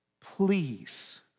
Please